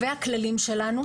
ומתוקף הכללים שלנו,